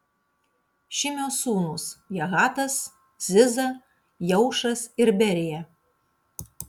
šimio sūnūs jahatas ziza jeušas ir berija